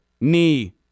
knee